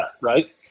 right